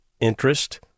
interest